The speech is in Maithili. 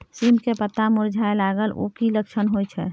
सीम के पत्ता मुरझाय लगल उ कि लक्षण होय छै?